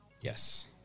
Yes